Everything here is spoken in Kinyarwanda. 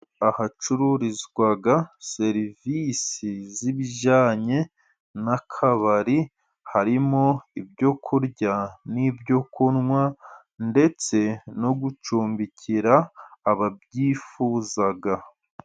Ahacururizwa serivisi zibijyanye n'akabari harimo ibyo kurya n'ibyo kunywa ndetse no gucumbikira ababyifuza.